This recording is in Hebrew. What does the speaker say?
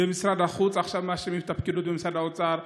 במשרד החוץ עכשיו מאשימים את הפקידות במשרד האוצר,